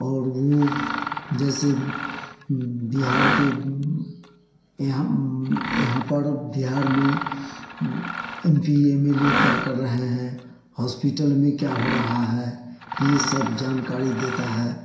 और वो जैसे बिहार के यहाँ यहाँ पर बिहार में एमपी एमएलए क्या कर रहे हैं हॉस्पिटल में क्या हो रहा है ये सब जानकारी देता है